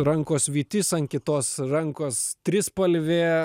rankos vytis ant kitos rankos trispalvė